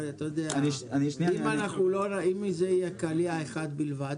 אם זה יהיה קליע אחד בלבד?